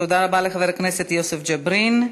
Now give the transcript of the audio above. תודה רבה לחבר הכנסת יוסף ג'בארין.